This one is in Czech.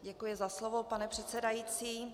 Děkuji za slovo, pane předsedající.